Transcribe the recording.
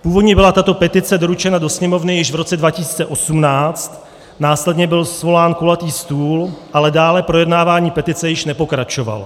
Původně byla tato petice doručena do Sněmovny již v roce 2018, následně byl svolán kulatý stůl, ale dále projednávání petice již nepokračovalo.